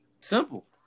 simple